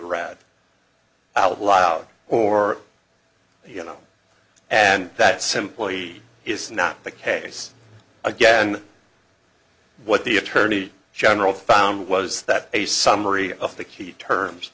rad out loud or you know and that simply is not the case again what the attorney general found was that a summary of the key terms